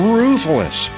ruthless